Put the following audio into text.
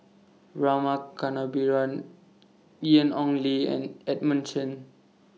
Rama Kannabiran Ian Ong Li and Edmund Chen